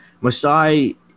Masai